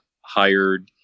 hired